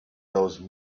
those